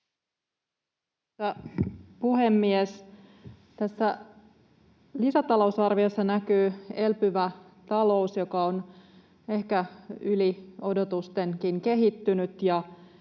puhemies! Tässä lisätalousarviossa näkyy elpyvä talous, joka on ehkä yli odotustenkin kehittynyt,